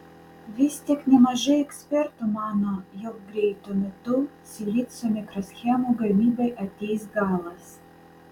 vis tik nemažai ekspertų mano jog greitu metu silicio mikroschemų gamybai ateis galas